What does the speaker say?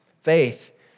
Faith